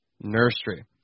Nursery